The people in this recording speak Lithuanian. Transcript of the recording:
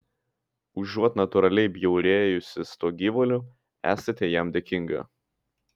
užuot natūraliai bjaurėjusis tuo gyvuliu esate jam dėkinga